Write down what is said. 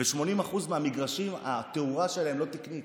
ב-80% מהמגרשים התאורה לא תקנית,